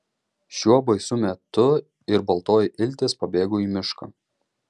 šiuo baisiu metu ir baltoji iltis pabėgo į mišką